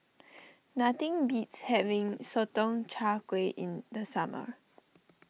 nothing beats having Sotong Char Kway in the summer